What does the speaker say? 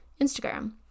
Instagram